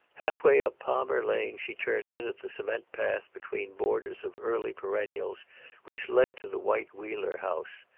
half way up palmer lane she turned in at the cement path between borders of early perennials which led to the white wheeler house.